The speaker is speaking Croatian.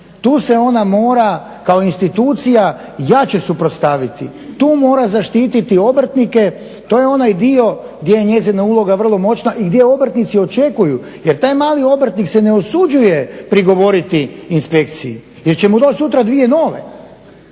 Tu se ona mora kao institucija jače suprotstaviti, to mora zaštititi obrtnike, to je onaj dio gdje je njezina uloga vrlo moćna i gdje obrtnici očekuju jer taj mali obrtnik se ne usuđuje prigovoriti inspekciji jer će mu doći sutra dvije nove